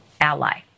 ally